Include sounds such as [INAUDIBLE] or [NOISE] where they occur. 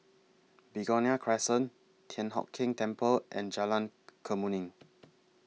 Begonia Crescent Thian Hock Keng Temple and Jalan [NOISE] Kemuning